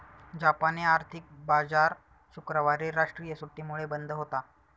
जापानी आर्थिक बाजार शुक्रवारी राष्ट्रीय सुट्टीमुळे बंद होता